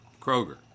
Kroger